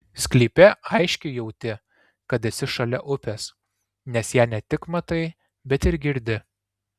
sklype aiškiai jauti kad esi šalia upės nes ją ne tik matai bet ir girdi